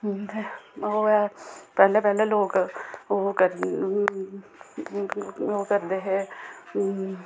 ते ओह् ऐ पैह्ले पैह्ले लोक ओह् कर ओह् करदे हे